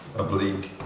oblique